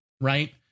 right